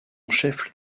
chef